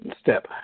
step